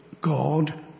God